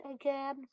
again